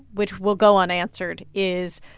which will go unanswered, is,